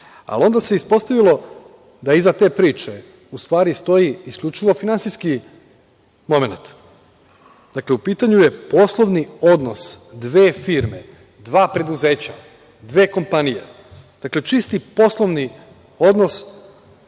slušamo. Onda se ispostavilo da iza te priče, u stvari stoji isključivo finansijski momenat. Dakle, u pitanju je poslovni odnos dve firme, dva preduzeća, dve kompanije, dakle, čisti poslovni odnos,